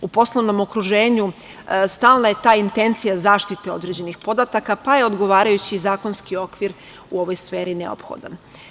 U poslovnom okruženju stalna je ta intencija zaštite određenih podataka, pa je odgovarajući zakonski okvir u ovoj sferi neophodan.